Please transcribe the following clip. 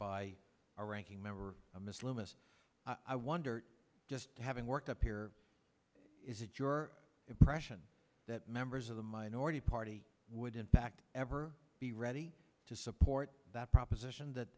a ranking member i'm islamist i wonder just having worked up here is it your impression that members of the minority party would in fact ever be ready to support that proposition that